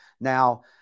Now